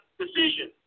decision